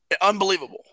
Unbelievable